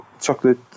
chocolate